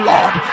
Lord